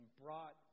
brought